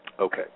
Okay